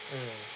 mm